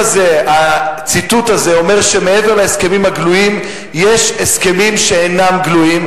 הציטוט הזה אומר שמעבר להסכמים הגלויים יש הסכמים שאינם גלויים,